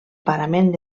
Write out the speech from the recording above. parament